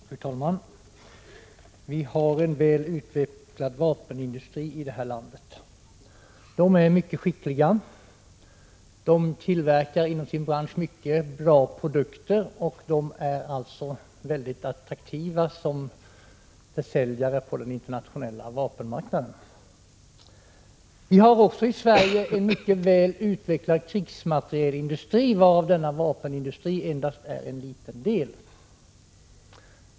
Fru talman! Vi har en väl utvecklad vapenindustri i detta land. Den är mycket skicklig och tillverkar inom sin bransch mycket bra produkter, och den är alltså väldigt attraktiv som försäljare på den internationella vapenmarknaden. Vi har också i Sverige en mycket väl utvecklad krigsmaterielindustri, varav denna vapenindustri endast är en liten del.